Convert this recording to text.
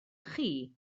chi